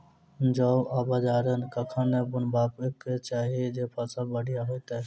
जौ आ बाजरा कखन बुनबाक चाहि जँ फसल बढ़िया होइत?